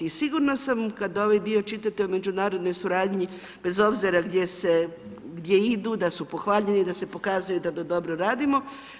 I sigurna sam kada ovaj dio čitate o međunarodnoj suradnji bez obzira gdje idu da su pohvaljeni, da se pokazuje da dobro radimo.